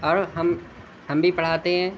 اور ہم ہم بھی پڑھاتے ہیں